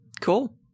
cool